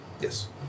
Yes